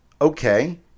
okay